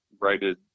rated